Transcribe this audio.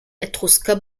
etrusker